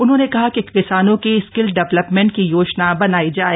उन्होंने कहा कि किसानों के स्किल डेवलपमेंट की योजना बनाई जाए